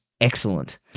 excellent